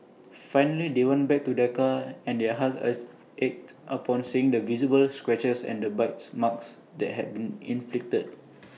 finally they went back to their car and their hearts ached upon seeing the visible scratches and bite marks that had been inflicted